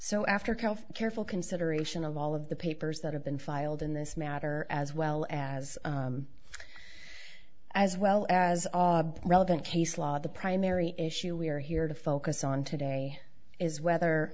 so after kind of careful consideration of all of the papers that have been filed in this matter as well as as well as ob been case law the primary issue we are here to focus on today is whether